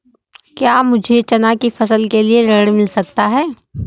क्या मुझे चना की फसल के लिए ऋण मिल सकता है?